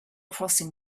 crossing